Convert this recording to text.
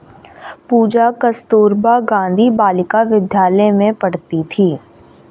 पूजा कस्तूरबा गांधी बालिका विद्यालय में पढ़ती थी